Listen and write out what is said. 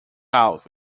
out